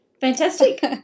fantastic